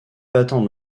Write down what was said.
battants